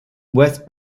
west